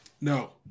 No